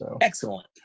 Excellent